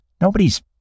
Nobody's